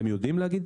אתם יודעים להגיד?